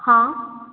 ହଁ